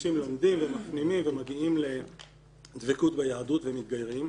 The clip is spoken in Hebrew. אנשים לומדים ומפנימים ומגיעים לדבקות ביהדות ומתגיירים.